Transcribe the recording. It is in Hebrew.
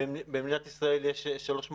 לא סתם במדינת ישראל יש שלוש מחלבות.